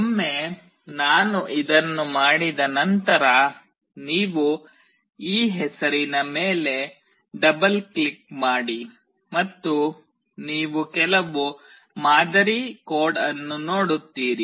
ಒಮ್ಮೆ ನಾನು ಇದನ್ನು ಮಾಡಿದ ನಂತರ ನೀವು ಈ ಹೆಸರಿನ ಮೇಲೆ ಡಬಲ್ ಕ್ಲಿಕ್ ಮಾಡಿ ಮತ್ತು ನೀವು ಕೆಲವು ಮಾದರಿ ಕೋಡ್ ಅನ್ನು ನೋಡುತ್ತೀರಿ